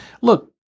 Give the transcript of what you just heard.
look